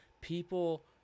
People